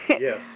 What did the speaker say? Yes